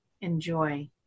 enjoy